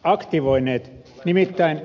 nimittäin ed